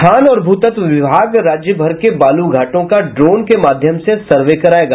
खान और भू तत्व विभाग राज्यभर के बालू घाटों का ड्रोन के माध्यम से सर्वे करायेगा